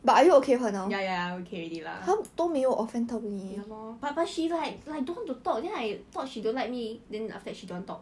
ya ya ya okay already lah ya lor but but she like like don't want to talk then I thought she don't like me then after that she don't want to talk